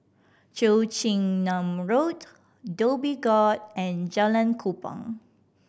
Cheong Chin Nam Road Dhoby Ghaut and Jalan Kupang